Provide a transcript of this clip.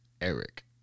Eric